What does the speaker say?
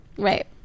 Right